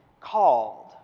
called